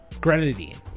grenadine